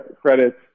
credits